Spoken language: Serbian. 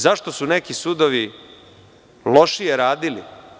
Zašto su neki sudovi lošije radili?